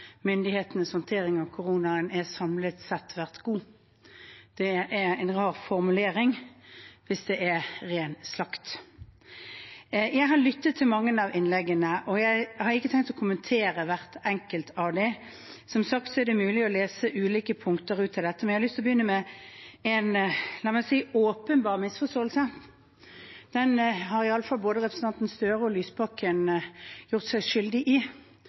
myndighetenes håndtering av koronaen samlet sett har vært god. Det er en rar formulering hvis det er ren slakt. Jeg har lyttet til mange av innleggene, og jeg har ikke tenkt å kommentere hvert enkelt av dem. Som sagt er det mulig å lese ulike punkter ut av dette, men jeg har lyst til å begynne med en – la meg si – åpenbar misforståelse. Den har både representanten Gahr Støre og representanten Lysbakken gjort seg skyldig i.